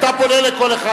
אתה פונה לכל אחד,